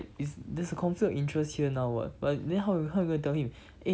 then then it's like is there's a conflict interest here now [what] but then how you how you gonna tell him